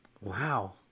Wow